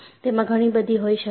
તેમાં ઘણીબધી હોઈ શકે છે